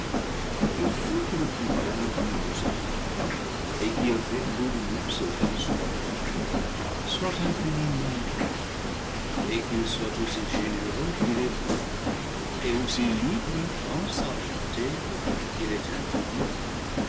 il faut que le pouvoir qui nous a faits et qui a fait pour nous ce vaste monde soit infi niment bon et qu'il soit aussi généreux qu'il est bon et aussi libre dans sa bonté qu'il est infini